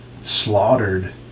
slaughtered